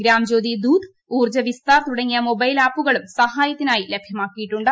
gram Jyoti Doot Urja Vistar തുടങ്ങിയ mobile ആപ്പുകളും സഹായത്തിനായി ലഭ്യമാക്കിയിട്ടുണ്ട്